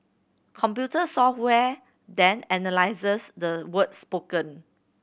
computer software then analyses the words spoken